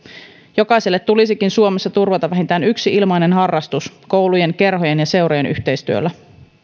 jokaiselle tulisikin suomessa turvata vähintään yksi ilmainen harrastus koulujen kerhojen ja seurojen yhteistyöllä